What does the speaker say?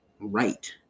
right